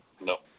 No